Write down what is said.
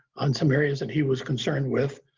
on some areas that he was concerned with,